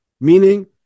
Meaning